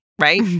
right